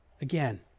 again